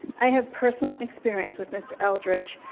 i have personal experience with mr. eldredge.